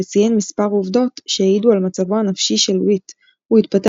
וציין מספר עובדות שהעידו על מצבו הנפשי של וויט הוא התפטר